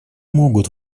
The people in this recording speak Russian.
могут